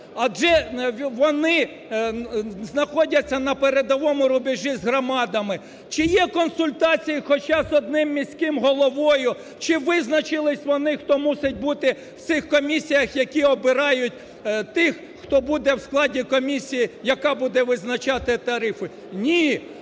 адже вони знаходяться на передовому рубежі з громадами. Чи є консультації хоча б з одним міським головою? Чи визначилися вони, хто мусить бути в цих комісіях, які обирають тих, хто буде в складі комісій, яка буде визначати тарифи? Ні.